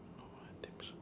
normal items